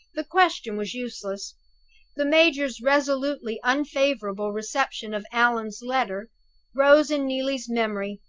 the question was useless the major's resolutely unfavorable reception of allan's letter rose in neelie's memory,